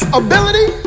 ability